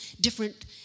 different